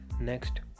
next